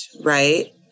right